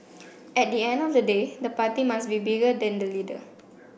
at the end of the day the party must be bigger than the leader